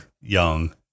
young